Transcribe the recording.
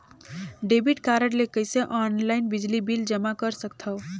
Debit card ले कइसे online बिजली बिल जमा कर सकथव?